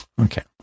Okay